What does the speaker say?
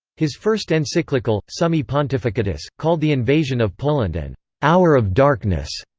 his first encyclical, summi pontificatus, called the invasion of poland an hour of darkness.